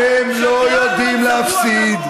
אתה רימית אותי עכשיו.